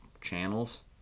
channels